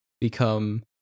become